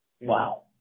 wow